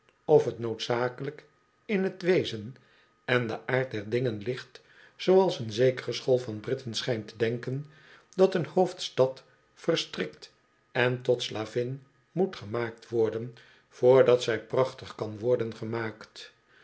of t noodzakelijk in t wezen en den aard der dingen ligt zooals een zekere school van britten schijnt te denken dat een hoofdstad verstrikt en tot slavin moet gemaakt worden voordat zij prachtig kan worden gemaakt